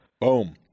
Boom